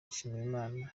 nshimiyimana